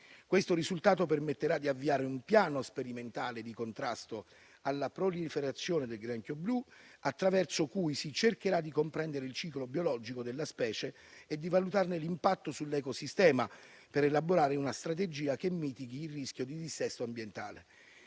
Questo risultato permetterà di avviare un piano sperimentale di contrasto alla proliferazione del granchio blu, attraverso cui si cercherà di comprendere il ciclo biologico della specie e di valutarne l'impatto sull'ecosistema, per elaborare una strategia che mitighi il rischio di dissesto ambientale.